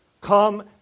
come